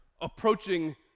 approaching